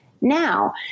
now